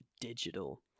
digital